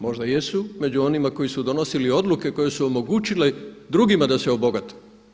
Možda jesu među onima koji su donosili odluke koje su omogućile drugim da se obogate.